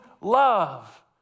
love